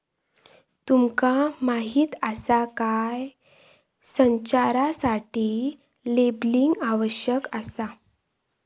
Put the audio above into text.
तुमका माहीत आसा काय?, संचारासाठी लेबलिंग आवश्यक आसा